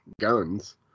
guns